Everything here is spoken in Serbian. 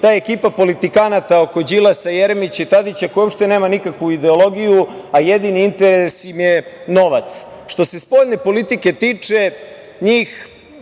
ta ekipa politikanata oko Đilasa, Jeremića i Tadića koja uopšte nema nikakvu ideologiju, a jedini interes im je novac. Što se spoljne politike tiče, njih